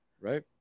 Right